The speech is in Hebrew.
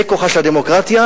זה כוחה של הדמוקרטיה,